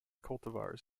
cultivars